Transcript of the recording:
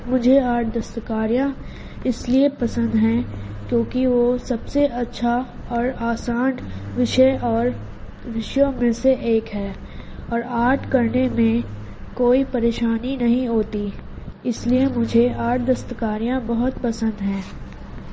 مجھے آرٹ دستکاریاں اس لیے پسند ہیں کیونکہ وہ سب سے اچھا اور آسان وشے اور وشیوں میں سے ایک ہے اور آرٹ کرنے میں کوئی پریشانی نہیں ہوتی اس لیے مجھے آرٹ دستکاریاں بہت پسند ہیں